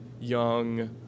young